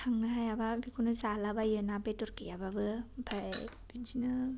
थांनो हायाबा बेखौनो जालाबायो ना बेदर गैयाबाबो ओमफ्राय बिदिनो